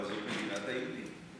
אבל זו מדינת היהודים.